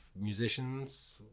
musicians